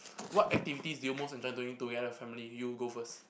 what activities do you must enjoy doing together with your family you go first